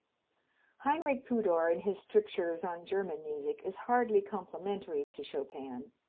heinrich pudor in his strictures on german music is hardly complimentary to chopin